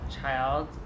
child